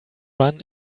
run